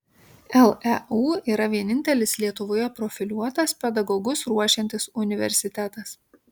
leu yra vienintelis lietuvoje profiliuotas pedagogus ruošiantis universitetas